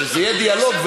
שזה יהיה דיאלוג,